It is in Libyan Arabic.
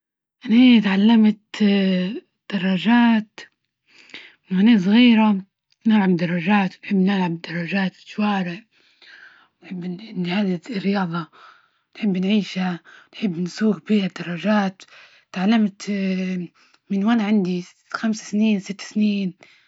أنى اتعلمت دراجات وأني صغيرة، نعم، درجات، بنحب نلعب درجات ف الشوارع، إني هذه الرياضة، نحب نعيشها، نحب نسوج بيها درجات، تعلمت من وأنا عندي خمس سنين، ست سنين.